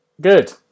Good